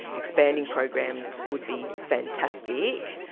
expanding programs would be fantastic.